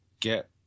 get